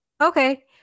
okay